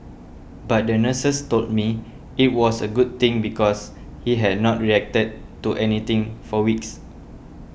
but the nurses told me it was a good thing because he had not reacted to anything for weeks